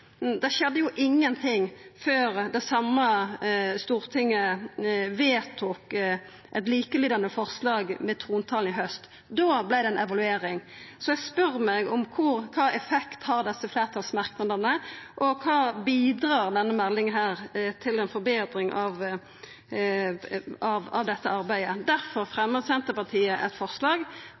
Det skjedde ingenting før Stortinget vedtok eit likelydande forslag under trontaledebatten i haust. Då vart det ei evaluering. Så eg spør meg: Kva effekt har desse fleirtalsmerknadene, og kva bidreg denne meldinga med til ei forbetring av dette arbeidet? Difor fremjar Senterpartiet eit forslag